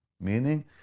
Meaning